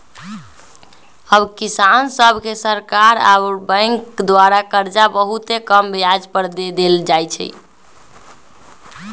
अब किसान सभके सरकार आऽ बैंकों द्वारा करजा बहुते कम ब्याज पर दे देल जाइ छइ